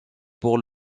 pour